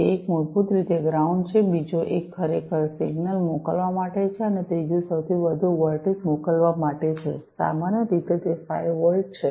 તેથી એક મૂળભૂત રીતે ગ્રાઉંડ છે બીજો એક ખરેખર સિગ્નલ મોકલવા માટે છે અને ત્રીજું સૌથી વધુ વોલ્ટેજ મોકલવા માટે છે સામાન્ય રીતે તે 5 વોલ્ટ છે